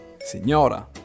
Signora